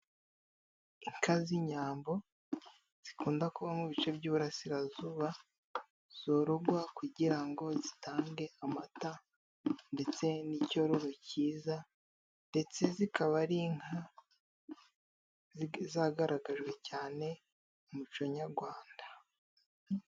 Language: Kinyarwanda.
Inka z'inyambo zikunda kuba mu bice by'iburasirazuba, zororwa kugira ngo zitange amata, ndetse n'icyororo cyiza, ndetse zikaba ari inka zagaragajwe cyane mu muco nyarwanda.